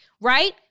right